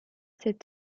est